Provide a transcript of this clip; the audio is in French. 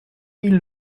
mille